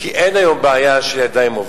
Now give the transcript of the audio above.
כי אין היום בעיה של ידיים עובדות.